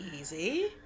Easy